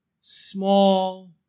Small